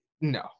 No